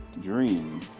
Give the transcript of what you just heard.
dream